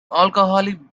alcoholic